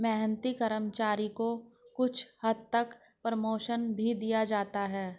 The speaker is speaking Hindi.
मेहनती कर्मचारी को कुछ हद तक प्रमोशन भी दिया जाता है